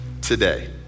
today